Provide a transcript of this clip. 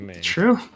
True